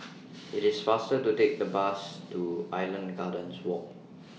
IT IS faster to Take The Bus to Island Gardens Walk